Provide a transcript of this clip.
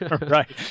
right